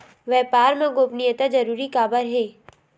व्यापार मा गोपनीयता जरूरी काबर हे?